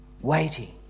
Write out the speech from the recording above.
waiting